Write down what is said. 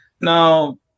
Now